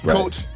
Coach